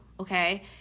okay